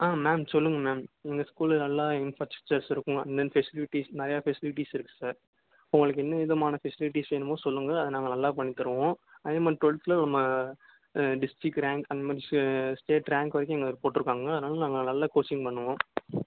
ஆ ma'am சொல்லுங்கள் ma'am இந்த ஸ்கூலில் நல்லா இன்ஃபிராஸ்டக்ச்சர்ஸ் இருக்கும் அண்ட் தென் ஃபெசிலிட்டிஸ் நிறையா ஃபெசிலிட்டிஸ் இருக்குது சார் உங்களுக்கு எந்த விதமான ஃபெசிலிட்டிஸ் வேணுமோ சொல்லுங்கள் அதை நாங்கள் நல்லா பண்ணித் தருவோம் அதே மாதிரி டுவெல்த்தில் நம்ம டிஸ்டிரிக் ரேங்க் அந்த மாதிரி ஸ்டே ஸ்டேட் ரேங்க் வரைக்கும் எங்களுக்கு போயிட்ருக்காங்க அதுனால் நாங்கள் நல்ல கோச்சிங் பண்ணுவோம்